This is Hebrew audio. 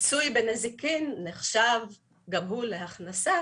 שפיצוי בנזיקין נחשב גם הוא להכנסה